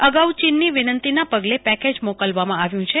અગાઉ ચીનની વિનંતીના પગલે પેકેજ મોકલવામાં આવ્યું છે